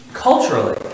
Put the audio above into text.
Culturally